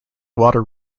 water